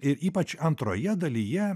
ir ypač antroje dalyje